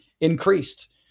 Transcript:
increased